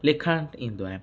लिखणु ईंदो आहे